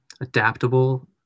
adaptable